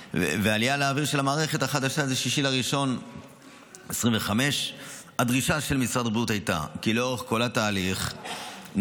והעלייה לאוויר של המערכת החדשה היא ב-6 בינואר 2025. הדרישה של משרד הבריאות הייתה כי לאורך כל התהליך נובולוג